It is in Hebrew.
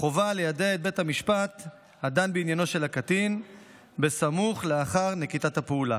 חובה ליידע את בית המשפט הדן בעניינו של הקטין בסמוך לאחר נקיטת הפעולה.